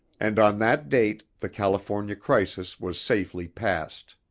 and on that date the california crisis was safely passed.